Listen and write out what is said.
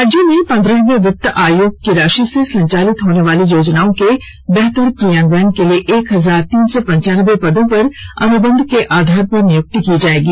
राज्य में पंद्रहवे वित्त आयोग की राशि से संचालित होनेवाली योजनाओं के बेहतर क्रियान्वयन के लिए एक हजार तीन सौ पंचानवे पदों पर अनुबंध के आधार पर नियुक्ति की जाएगी